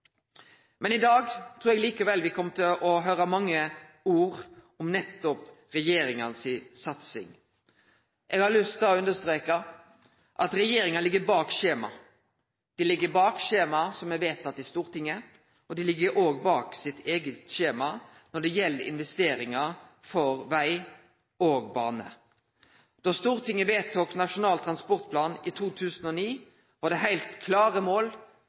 Men i dag trur eg likevel me kjem til å høyre mange ord om nettopp regjeringa si satsing. Eg har lyst til å understreke at regjeringa ligg bak skjema. Ho ligg bak skjemaet som er vedteke i Stortinget, og ho ligg òg bak sitt eige skjema når det gjeld investeringar for veg og bane. Da Stortinget vedtok Nasjonal transportplan i 2009, var det heilt klare mål